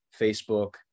Facebook